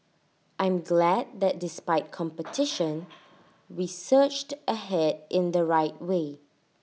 I'm glad that despite competition we surged ahead in the right way